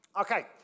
Okay